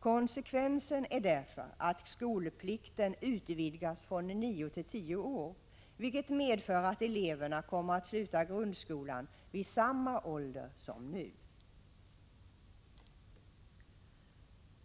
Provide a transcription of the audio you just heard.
Konsekvensen är därför att skolplikten utvidgas från nio till tio år, vilket medför att eleverna kommer att sluta grundskolan vid samma ålder som nu.